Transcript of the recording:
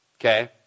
Okay